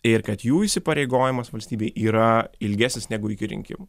ir kad jų įsipareigojimas valstybei yra ilgesnis negu iki rinkimų